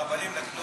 הרבנים נתנו